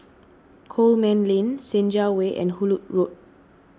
Coman Lane Senja Way and Hullet Road